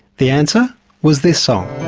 the answer was this song.